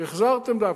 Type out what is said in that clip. החזרתם דף.